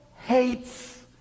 hates